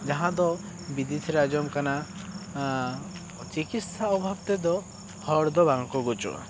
ᱡᱟᱦᱟᱸ ᱫᱚ ᱵᱤᱫᱮᱥ ᱨᱮ ᱟᱸᱡᱚᱢ ᱠᱟᱱᱟ ᱪᱤᱠᱤᱛᱥᱟ ᱚᱵᱷᱟᱵ ᱛᱮ ᱫᱚ ᱦᱚᱲ ᱫᱚ ᱵᱟᱝ ᱠᱚ ᱜᱚᱡᱚᱜᱼᱟ